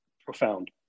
profound